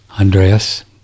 Andreas